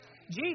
Jesus